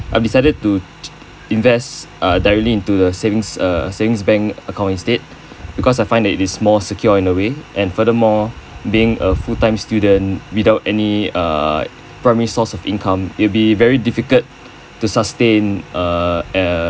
I have decided to invest uh directly into the savings err saving banks account instead because I find that it's more secure in a way and furthermore being a full time student without any err primary source of income it will be very difficult to sustain uh